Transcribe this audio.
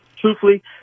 truthfully